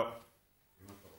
מאיימים ומטרידים,